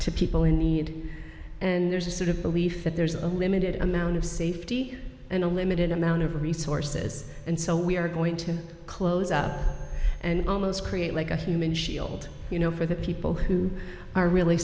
to people in need and there's a sort of belief that there's a limited amount of safety and a limited amount of resources and so we are going to close up and almost create like a human shield you know for the people who are really